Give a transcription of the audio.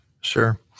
Sure